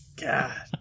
God